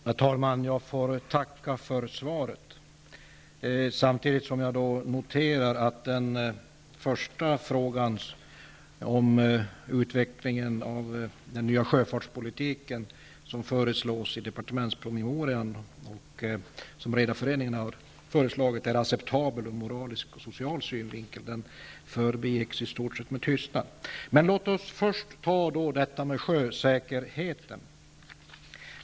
Herr talman! Jag får tacka för svaret. Jag noterar samtidigt att min första fråga i stort sett förbigås med tystnad. Den gällde om utvecklingen av den nya sjöfartspolitiken är acceptabel ur moralisk och social synvinkel. Det handlar om den nya sjöfartspolitik som förslås i en departementspromeria, och som Redareföreningen har föreslagit. Låt mig först ta upp detta med sjösäkerheten.